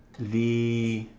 the